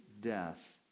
death